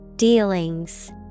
Dealings